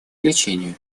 лечению